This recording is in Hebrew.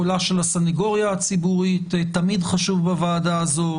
קולה של הסנגוריה ה הציבורית תמיד חשוב בוועדה הזו.